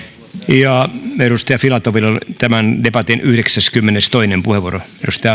ja edustaja filatoville tämän debatin yhdeksäskymmenestoinen puheenvuoro